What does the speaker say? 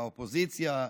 מהאופוזיציה,